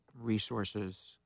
resources